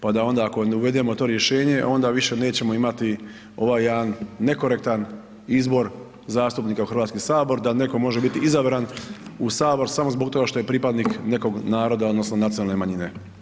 Pa da onda ako uvedeno to rješenje onda više nećemo imati ovaj jedan nekorektan izbor zastupnika u Hrvatski sabor da netko može biti izabran u sabor samo zbog toga što je pripadnik nekog naroda odnosno nacionalne manjine.